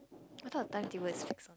I thought timetable is fixed one